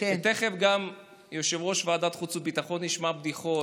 ותכף גם יושב-ראש ועדת החוץ והביטחון ישמע בדיחות,